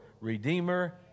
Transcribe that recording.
redeemer